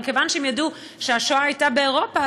אבל כיוון שהם ידעו שהשואה הייתה באירופה,